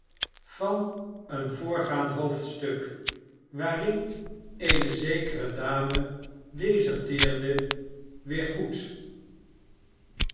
tan een voorgaand hoofdstuk waarin bene zekere dame deserteerde weer goed